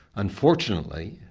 unfortunately,